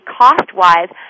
cost-wise